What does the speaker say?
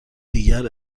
دیگر